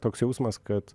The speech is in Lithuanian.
toks jausmas kad